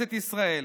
מכנסת ישראל,